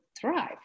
thrive